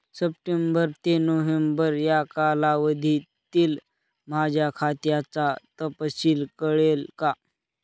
September ते नोव्हेंबर या कालावधीतील माझ्या खात्याचा तपशील कळेल का?